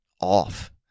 off